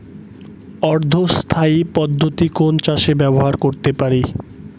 অর্ধ স্থায়ী পদ্ধতি কোন চাষে ব্যবহার করতে পারি?